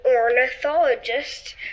ornithologist